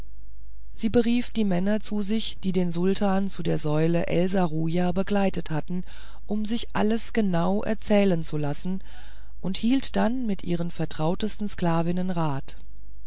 sie berief die männer zu sich die den sultan zu der säule el serujah begleitet hatten um sich alles genau erzählen zu lassen und hielt dann mit ihren vertrautesten sklavinnen rat